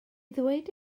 ddweud